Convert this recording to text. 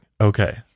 Okay